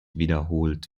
wiederholt